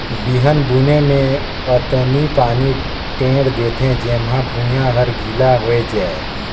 बिहन बुने मे अतनी पानी टेंड़ थें जेम्हा भुइयां हर गिला होए जाये